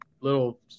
little